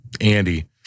Andy